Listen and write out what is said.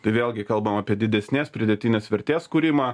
tai vėlgi kalbam apie didesnės pridėtinės vertės kūrimą